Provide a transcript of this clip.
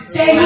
Say